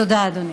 תודה, אדוני.